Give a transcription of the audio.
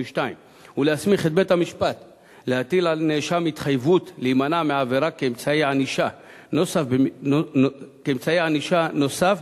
68) (הטלת התחייבות להימנע מעבירה לאחר ביטול הרשעה).